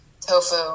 tofu